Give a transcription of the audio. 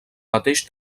mateix